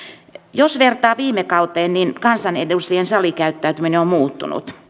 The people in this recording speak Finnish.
jos vertaa viime kauteen niin kansanedustajien salikäyttäytyminen on muuttunut